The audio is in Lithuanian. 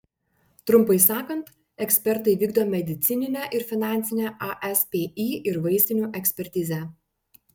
trumpai sakant ekspertai vykdo medicininę ir finansinę aspį ir vaistinių ekspertizę